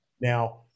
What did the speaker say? Now –